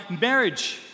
marriage